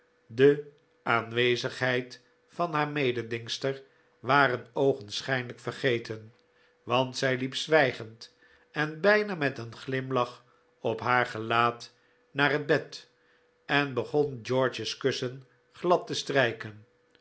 de aanwezigheid van haar mededingster waren oogenschijnlijk vergeten want zij liep zwijgend en bijna met een glimlach op haar gelaat naar het bed en begon george's kussen glad te strijken